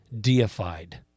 deified